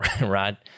right